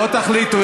בואו, תחליטו.